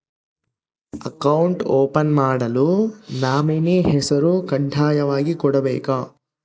Account open ಮಾಡಲು nominee ಹೆಸರು ಕಡ್ಡಾಯವಾಗಿ ಕೊಡಬೇಕಾ?